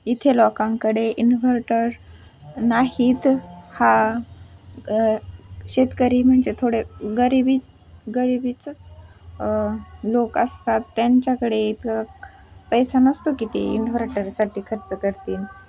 इथे लोकांकडे इन्व्हर्टर नाहीत हा शेतकरी म्हणजे थोडे गरिबी गरिबीचंच लोक असतात त्यांच्याकडे इथं पैसा नसतो की ते इन्व्हर्टरसाठी खर्च करतील